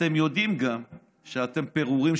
אתם גם יודעים שאתם פירורים,